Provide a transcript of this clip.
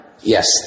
Yes